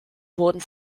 wurden